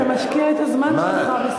חבר הכנסת זאב, אתה משקיע את הזמן שלך בשיחות.